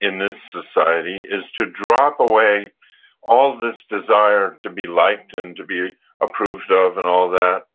in this society is to drop away all this desire to be liked and to be approved of and all that,